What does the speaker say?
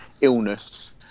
illness